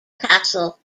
castle